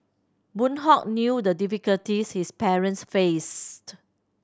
Boon Hock knew the difficulties his parents faced